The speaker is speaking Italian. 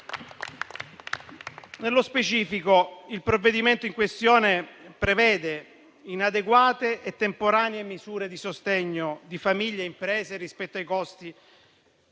Nello specifico, il provvedimento in questione prevede inadeguate e temporanee misure di sostegno per famiglie e imprese rispetto ai costi